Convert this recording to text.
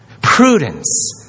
Prudence